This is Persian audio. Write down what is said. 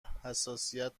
حساسیت